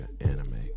Anime